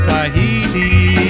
Tahiti